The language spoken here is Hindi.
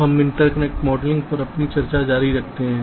हम इंटरकनेक्ट मॉडलिंग पर अपनी चर्चा जारी रखते हैं